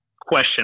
question